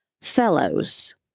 fellows